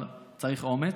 אבל צריך אומץ.